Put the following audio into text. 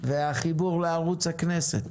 והחיבור לערוץ הכנסת.